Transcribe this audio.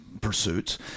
pursuits